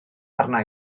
arna